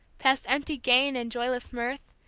past empty gain, and joyless mirth,